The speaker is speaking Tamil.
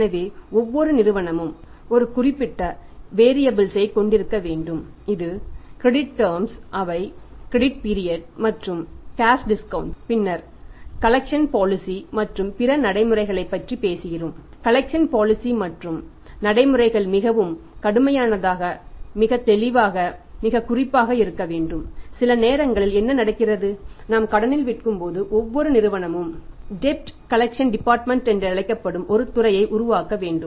எனவே ஒவ்வொரு நிறுவனமும் இந்த குறிப்பிட்ட வேரீஅபல்ஸ் என்று அழைக்கப்படும் ஒரு துறையை உருவாக்க வேண்டும்